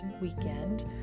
weekend